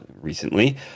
Recently